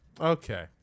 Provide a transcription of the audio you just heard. Okay